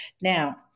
Now